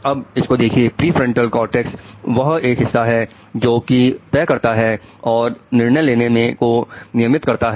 अब इसको देखिए प्रिफ्रंटल कॉर्टेक्स वह एक हिस्सा है जो कि तय करता है और निर्णय लेने को नियमित करता है